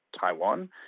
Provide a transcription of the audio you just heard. Taiwan